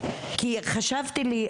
כי חשבתי לי,